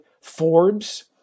Forbes